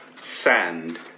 sand